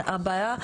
הבעיה,